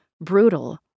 brutal